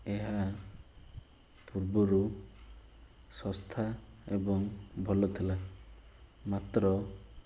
ଏହା ପୂର୍ବରୁ ଶସ୍ତା ଏବଂ ଭଲ ଥିଲା ମାତ୍ର